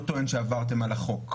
לא טוען שעברתם על החוק.